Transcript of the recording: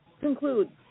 conclude